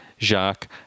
Jacques